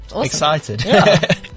Excited